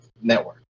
network